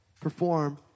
perform